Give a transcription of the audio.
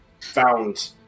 found